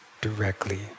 directly